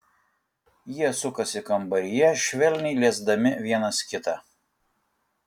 jie sukasi kambaryje švelniai liesdami vienas kitą